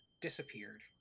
disappeared